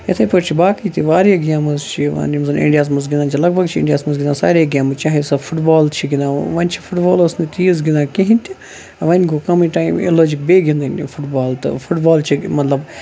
یِتھٕے پٲٹھۍ چھِ باقٕے تہِ واریاہ گیمٕز چھِ یِوان یِم زَن اِنٛڈیا ہَس منٛز گِنٛدان چھِ لگ بگ چھِ اِنٛڈیا ہَس منٛز گِنٛدان سارے گیمہٕ چاہیے سۄ فُٹ بال چھِ گندان وۄنۍ چھِ فُٹ بال ٲس نہٕ تیٖژ گِنٛدان کِہیٖنۍ تہِ وۄنۍ گوٚو کَمٕے ٹایِم یہِ لٲجِکھ بیٚیہِ گِنٛدٕنۍ فُٹ بال تہٕ فُٹ بال چھِ مَطلب